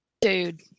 dude